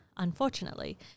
unfortunately